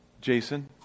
Jason